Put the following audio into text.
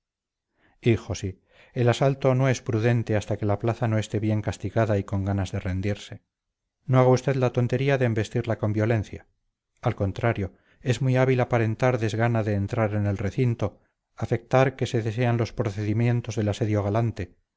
sí el asalto no es prudente hasta que la plaza no esté bien castigada y con ganas de rendirse no haga usted la tontería de embestirla con violencia al contrario es muy hábil aparentar desgana de entrar en el recinto afectar que se desean los procedimientos del asedio galante